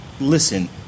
listen